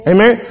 Amen